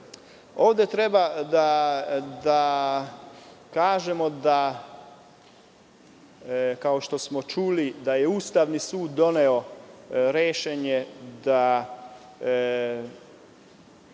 rate. Ovde treba da kažemo, kao što smo čuli, da je Ustavni sud doneo rešenje da